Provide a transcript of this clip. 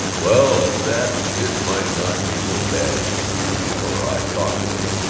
well, at that, it might not be so bad if you or i talked to him,